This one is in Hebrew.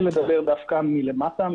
אני רוצה לדבר דווקא מלמטה,